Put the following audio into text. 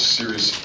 serious